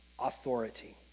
authority